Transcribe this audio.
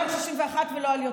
לא על 61 ולא על יותר.